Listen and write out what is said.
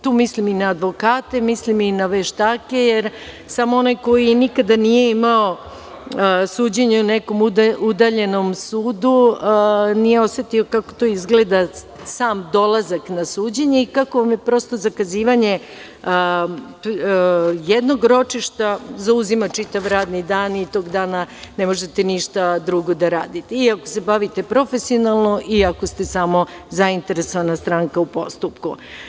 Tu mislim i na advokate, mislim i na veštake, jer samo onaj koji nikada nije imao suđenje u nekom udaljenom sudu, nije osetio kako to izgleda sam dolazak na suđenje i kako, prosto, zakazivanje jednog ročišta, zauzima čitav radni dan i tog dana ne možete ništa drugo da radite i ako se bavite profesionalno, i ako ste samo zainteresovana stranka u postupku.